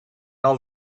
all